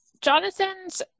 Jonathan's